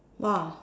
!wah!